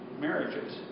marriages